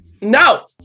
No